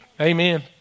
Amen